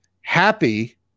Happy